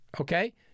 okay